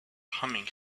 humming